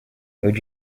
would